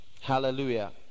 Hallelujah